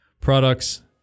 products